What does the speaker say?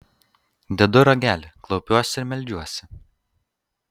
dedu ragelį klaupiuosi ir meldžiuosi